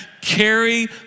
carry